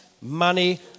money